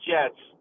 Jets